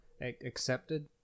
accepted